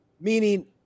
meaning